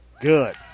Good